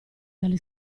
dalle